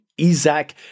Isaac